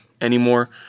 anymore